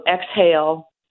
exhale